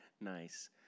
Nice